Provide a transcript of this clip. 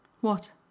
what